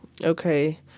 okay